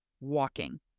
walking